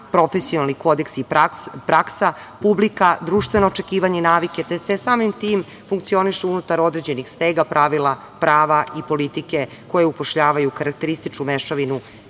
profesionalni kodeksi i praksa, publika, društveno očekivanje, navike, te samim tim funkcionišu unutar određenih stega, pravila, prava i politike koje upošljavaju karakterističnu mešavinu